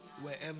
Wherever